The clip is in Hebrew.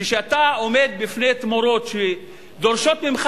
כשאתה עומד בפני תמורות שדורשות ממך